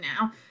now